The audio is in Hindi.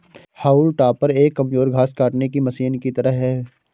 हाउल टॉपर एक कमजोर घास काटने की मशीन की तरह है